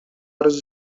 арыз